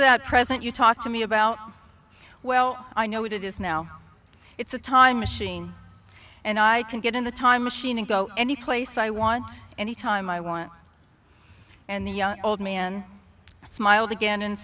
that present you talk to me about well i know what it is now it's a time machine and i can get in the time machine and go anyplace i want any time i want and the old man smiled again and